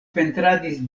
pentradis